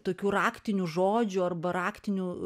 tokių raktinių žodžių arba raktinių